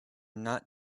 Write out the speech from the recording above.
not